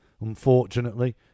unfortunately